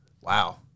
Wow